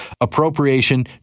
Appropriation